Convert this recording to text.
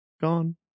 gone